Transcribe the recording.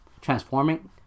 transforming